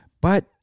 but-